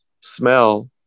smell